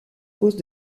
cause